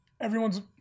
everyone's